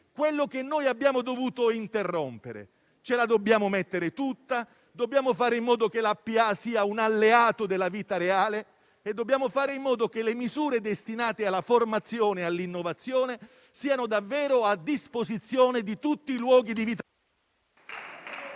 quello che abbiamo dovuto interrompere. Ce la dobbiamo mettere tutta, dobbiamo fare in modo che la pubblica amministrazione sia un alleato della vita reale e dobbiamo fare in modo che le misure destinate alla formazione e all'innovazione siano davvero a disposizione di tutti i luoghi... *(Il